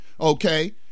okay